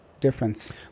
difference